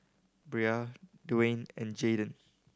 Brea Dwain and Jayden